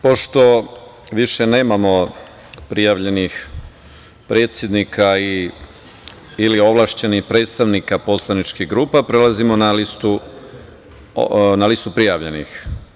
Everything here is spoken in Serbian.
Pošto više nemamo prijavljenih predsednika ili ovlašćenih predstavnika poslaničkih grupa, prelazimo na listu prijavljenih.